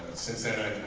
since then,